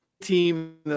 team